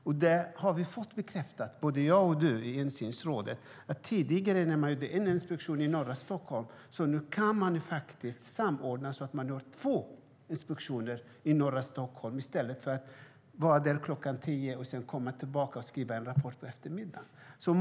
Både du och jag har i insynsrådet fått bekräftat att det är möjligt att samordna till exempel två inspektioner i norra Stockholm i stället för att anlända dit kl. 10 och sedan komma tillbaka på eftermiddagen för att skriva en rapport.